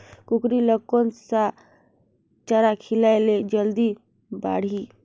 कूकरी ल कोन सा चारा खिलाय ल जल्दी बाड़ही?